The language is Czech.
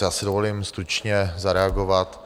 Já si dovolím stručně zareagovat.